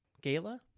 Gala